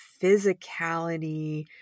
physicality